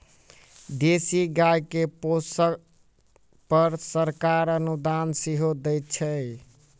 देशी गाय के पोसअ पर सरकार अनुदान सेहो दैत छै